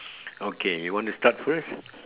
okay you want to start first